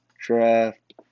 draft